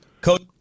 Coach